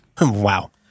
Wow